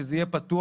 שזה יהיה פתוח.